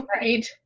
right